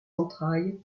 entrailles